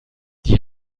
die